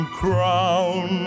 crown